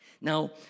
Now